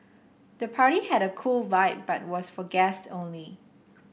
the party had a cool vibe but was for guests only